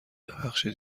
ببخشید